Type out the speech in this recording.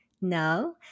No